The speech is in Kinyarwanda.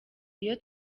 iyo